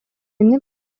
эмне